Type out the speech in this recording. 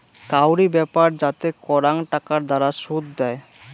কাউরি ব্যাপার যাতে করাং টাকার দ্বারা শুধ দেয়